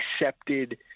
accepted